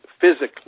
physically